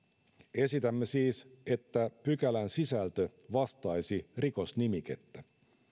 esitämme siis että pykälän sisältö vastaisi rikosnimikettä